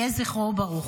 יהא זכרו ברוך.